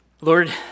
Lord